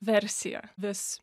versija vis